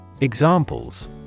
Examples